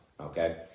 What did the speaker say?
okay